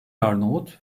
arnavut